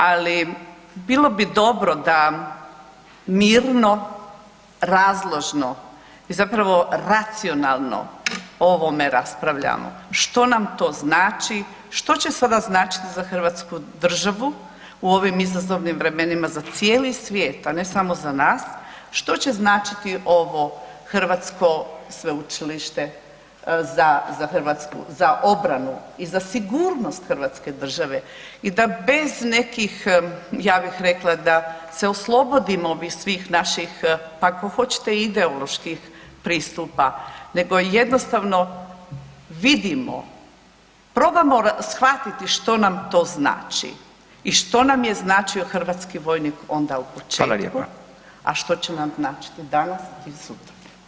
Ali bilo bi dobro da mirno, razložno i zapravo racionalno o ovome raspravljamo, što nam to znači, što će sada značiti za Hrvatsku državu u ovim izazovnim vremenima za cijeli svijet, a ne samo za nas, što će značiti ovo hrvatsko sveučilište za Hrvatsku, za obranu i za sigurnost Hrvatske države i da bez nekih, ja bih rekla da se oslobodimo ovih svih naših pa ako hoćete i ideoloških pristupa nego jednostavno vidimo probamo shvatiti što nam to znači i što nam je značio hrvatski vojnik u početku [[Upadica Radin: Hvala lijepa.]] a što će nam značiti danas ili sutra.